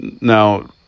Now